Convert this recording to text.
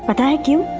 but thank you,